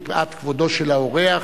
מפאת כבודו של האורח,